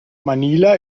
manila